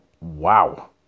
Wow